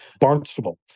Barnstable